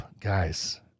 guys